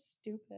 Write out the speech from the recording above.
stupid